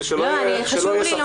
שלא יהיה ספק.